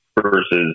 versus